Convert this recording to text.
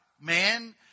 man